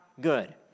good